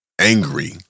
angry